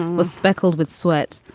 was speckled with sweat.